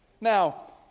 Now